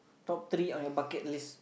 top three on your bucket list